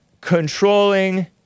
controlling